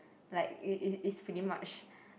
like it it it's pretty much